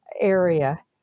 area